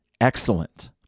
excellent